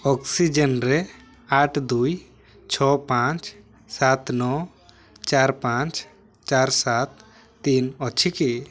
ଅକ୍ସିଜେନ୍ରେ ଆଠ ଦୁଇ ଛଅ ପାଞ୍ଚ ସାତ ନଅ ଚାରି ପାଞ୍ଚ ଚାରି ସାତ ତିନି ଅଛି କି